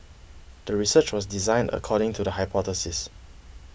the research was designed according to the hypothesis